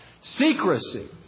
Secrecy